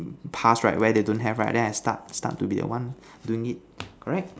past right where they don't have right then I start start to be the one doing it correct